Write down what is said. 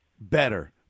better